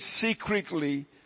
secretly